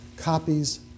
copies